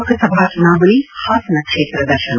ಲೋಕಸಭಾ ಚುನಾವಣೆ ಹಾಸನ ಕ್ಷೇತ್ರ ದರ್ಶನ